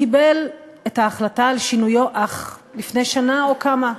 קיבל את ההחלטה על שינויו אך לפני שנה או כמה.